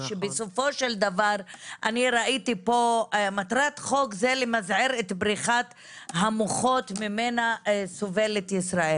אני ראיתי פה שמטרת חוק זה למזער את בריחת המוחות ממנה סובלת ישראל.